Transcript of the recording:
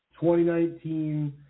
2019